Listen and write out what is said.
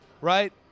right